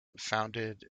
founded